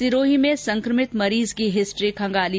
सिरोही में संक्रमित मरीज की हिस्ट्री खंगाली